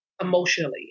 emotionally